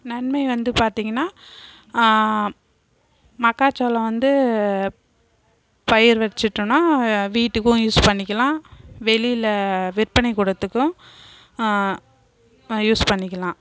நன்மை வந்து பார்த்தீங்கனா மக்காச்சோளோம் வந்து பயிர் வச்சுட்டோனா வீட்டுக்கும் யூஸ் பண்ணிக்கிலாம் வெளியில் விற்பனை கூடத்துக்கும் யூஸ் பண்ணிக்கலாம்